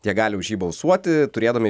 jie gali už jį balsuoti turėdami